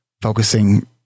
focusing